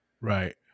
Right